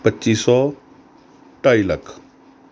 ਪੱਚੀ ਸੌ ਢਾਈ ਲੱਖ